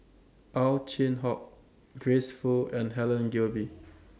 Ow Chin Hock Grace Fu and Helen Gilbey